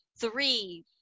three